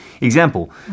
example